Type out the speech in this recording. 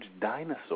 dinosaur